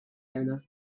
owner